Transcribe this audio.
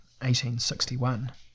1861